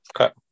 Okay